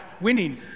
winning